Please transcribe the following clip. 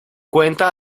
cuenta